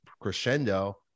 crescendo